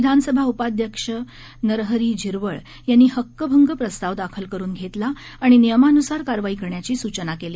विधानसभा उपाध्यक्ष नरहरी झिरवळ यांनी हक्कभंग प्रस्ताव दाखल करून घेतला आणि नियमानुसार कारवाई करण्याची सूचना केली